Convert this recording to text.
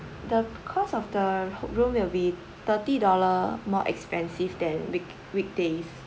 the cost of the room will be thirty dollar more expensive than week~ weekdays